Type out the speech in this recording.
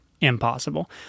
impossible